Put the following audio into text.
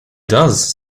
does